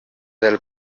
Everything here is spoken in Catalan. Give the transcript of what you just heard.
del